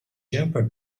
jumper